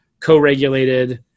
co-regulated